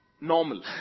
normal